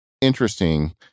interesting